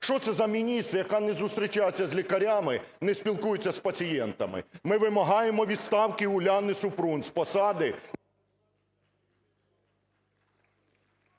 Що це за міністр, яка не зустрічається з лікарями, не спілкується з пацієнтами? Ми вимагаємо відставки Уляни Супрун з посади…